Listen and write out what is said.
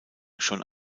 schon